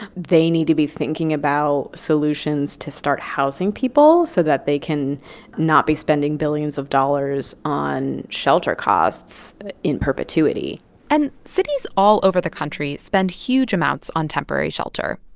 they need to be thinking about solutions to start housing people so that they can not be spending billions of dollars on shelter costs in perpetuity and cities all over the country spend huge amounts on temporary shelter,